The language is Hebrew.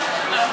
לא,